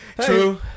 True